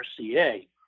RCA